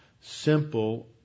simple